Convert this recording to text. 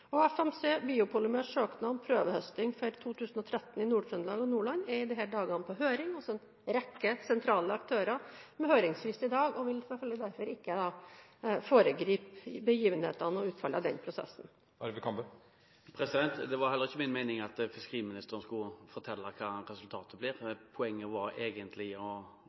søknad om prøvehøsting for 2013 i Nord-Trøndelag og Nordland er i disse dager på høring hos en rekke sentrale aktører med høringsfrist i dag. Jeg vil derfor ikke foregripe begivenhetenes gang og utfallet av den prosessen. Det var heller ikke min mening at fiskeriministeren skulle fortelle hva resultatet blir. Poenget mitt var egentlig